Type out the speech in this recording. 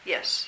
Yes